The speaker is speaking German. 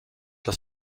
das